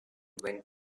went